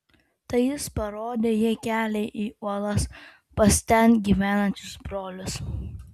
tai jis parodė jai kelią į uolas pas ten gyvenančius brolius